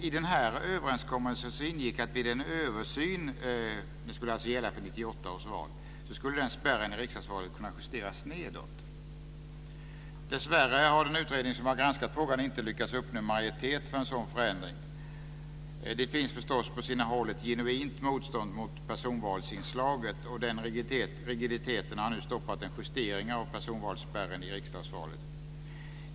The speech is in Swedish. I den här överenskommelsen som gällde för 1998 års val ingick en översyn där spärren i riksdagsvalet skulle kunna justeras nedåt. Dessvärre har den utredning som har granskat frågan inte lyckats uppnå en majoritet för en sådan förändring. Det finns förstås på sina håll ett genuint motstånd mot personvalsinslaget, och den rigiditeten har stoppat en justering av personvalsspärren i riksdagsvalet.